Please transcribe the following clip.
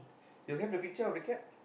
you have a picture of the cat